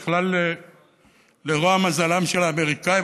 לרוע מזלם של האמריקנים,